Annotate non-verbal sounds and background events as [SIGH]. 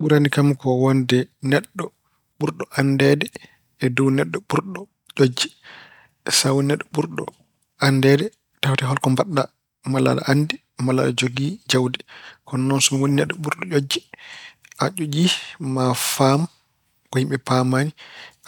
Ɓurani kam ko wonde neɗɗo ɓurɗo anndeede e dow neɗɗo ɓurɗo dojjie. Sa woni neɗɗo ɓurɗo anndeede tawata hol ko mbaɗɗa. Malla aɗa anndi, malla aɗa jogii jawdi. Ko noon so woni neɗɗo ɓurɗo, [HESITATION] a joƴjii, maa faam ko yimɓe paamaani.